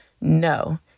No